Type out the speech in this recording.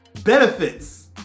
benefits